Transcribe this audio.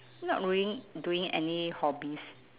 not really doing any hobbies